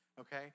okay